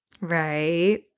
Right